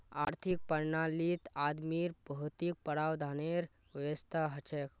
आर्थिक प्रणालीत आदमीर भौतिक प्रावधानेर व्यवस्था हछेक